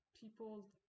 people